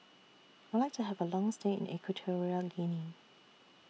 I Would like to Have A Long stay in Equatorial Guinea